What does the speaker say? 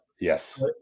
Yes